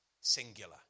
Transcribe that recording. Singular